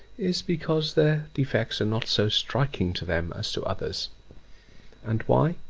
is, because their defects are not so striking to them as to others and why?